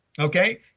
Okay